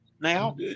now